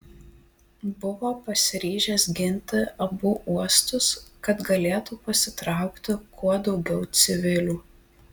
buvo pasiryžęs ginti abu uostus kad galėtų pasitraukti kuo daugiau civilių